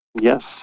Yes